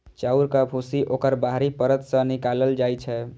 चाउरक भूसी ओकर बाहरी परत सं निकालल जाइ छै